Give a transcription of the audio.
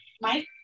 Mike